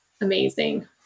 amazing